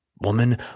Woman